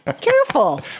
Careful